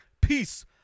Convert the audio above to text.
Peace